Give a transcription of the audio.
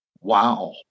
Wow